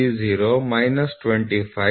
030 minus 25 ಇದು 0